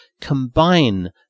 combine